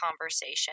conversation